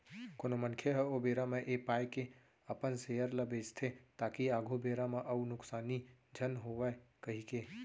कोनो मनखे ह ओ बेरा म ऐ पाय के अपन सेयर ल बेंचथे ताकि आघु बेरा म अउ नुकसानी झन होवय कहिके